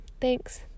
thanks